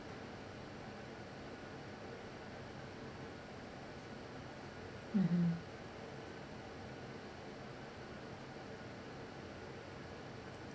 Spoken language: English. mmhmm